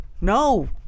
No